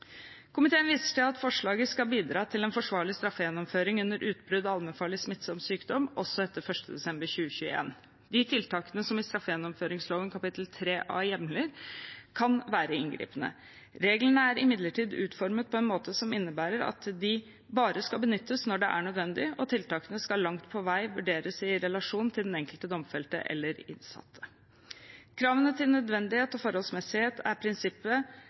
Komiteen viser til at forslaget skal bidra til en forsvarlig straffegjennomføring under utbrudd av allmennfarlig smittsom sykdom også etter 1. desember 2021. De tiltakene som straffegjennomføringsloven kapittel 3A hjemler, kan være inngripende. Reglene er imidlertid utformet på en måte som innebærer at de bare skal benyttes når det er nødvendig, og tiltakene skal langt på vei vurderes i relasjon til den enkelte domfelte eller innsatte. Kravene til nødvendighet og forholdsmessighet er i prinsippet